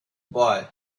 boy